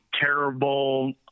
terrible